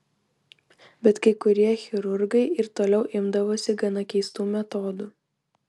bet kai kurie chirurgai ir toliau imdavosi gana keistų metodų